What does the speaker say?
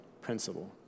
principle